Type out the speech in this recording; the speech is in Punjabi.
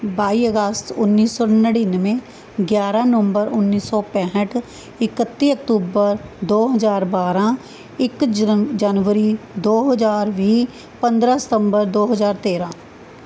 ਬਾਈ ਅਗਸਤ ਉੱਨੀ ਸੌ ਨੜਿਨਵੇਂ ਗਿਆਰਾਂ ਨਵੰਬਰ ਉੱਨੀ ਸੌ ਪੈਂਹਠ ਇਕੱਤੀ ਅਕਤੂਬਰ ਦੋ ਹਜ਼ਾਰ ਬਾਰ੍ਹਾਂ ਇੱਕ ਜਨਮ ਜਨਵਰੀ ਦੋ ਹਜ਼ਾਰ ਵੀਹ ਪੰਦਰਾਂ ਸਤੰਬਰ ਦੋ ਹਜ਼ਾਰ ਤੇਰ੍ਹਾਂ